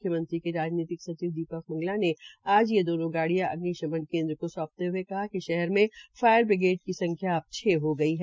मुख्यमंत्री के राजनीतिक सचिव दीपक मंगला ने आज ये दोनों गाड़ियां अग्निशमन केन्द्र को सौंपते हये कहा कि शहर मे फायर बिग्रेड की संख्या अब छ हो गई है